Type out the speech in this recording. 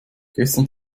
gestern